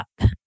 up